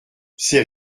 c’est